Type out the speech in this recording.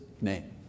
name